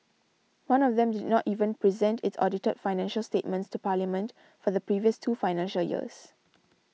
one of them did not even present its audited financial statements to Parliament for the previous two financial years